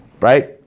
right